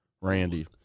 Randy